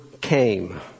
came